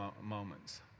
moments